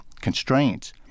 constraints